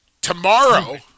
tomorrow